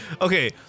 Okay